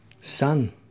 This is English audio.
Sun